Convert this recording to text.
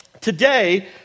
Today